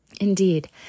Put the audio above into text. Indeed